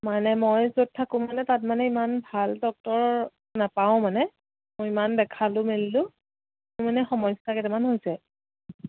মানে মই য'ত থাকোঁ মানে তাত মানে ইমান ভাল ডক্টৰ নাপাওঁ মানে মই ইমান দেখালোঁ মেলিলোঁ মানে সমস্যা কেইটামান হৈছে